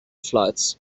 flights